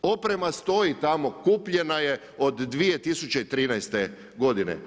Oprema stoji tamo, kupljena je od 2013. godine.